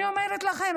אני אומרת לכם,